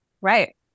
right